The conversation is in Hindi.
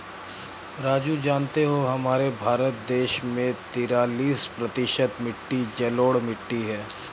राजू जानते हो हमारे भारत देश में तिरालिस प्रतिशत मिट्टी जलोढ़ मिट्टी हैं